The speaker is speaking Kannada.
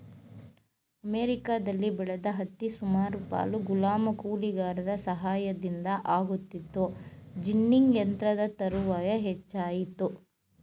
ಅಮೆರಿಕದಲ್ಲಿ ಬೆಳೆದ ಹತ್ತಿ ಸುಮಾರು ಪಾಲು ಗುಲಾಮ ಕೂಲಿಗಾರರ ಸಹಾಯದಿಂದ ಆಗುತ್ತಿತ್ತು ಜಿನ್ನಿಂಗ್ ಯಂತ್ರದ ತರುವಾಯ ಹೆಚ್ಚಾಯಿತು